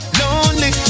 lonely